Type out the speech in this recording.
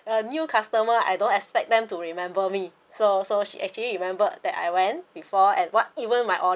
a new customer I don't expect them to remember me so so she actually remember that I went before and what even my